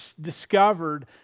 discovered